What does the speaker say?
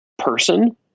Person